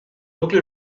nucli